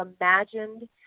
imagined